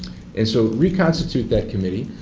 and so, reconstitute that committee,